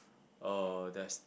uh there's